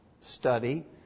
study